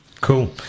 cool